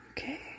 Okay